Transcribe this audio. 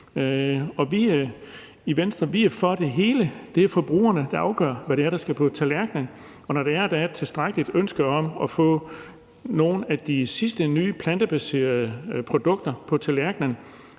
er vi for det hele. Det er forbrugerne, der afgør, hvad det er, der skal på tallerkenen, og når der er et tilstrækkeligt stort ønske om at få nogle af de sidste nye plantebaserede produkter på tallerkenen,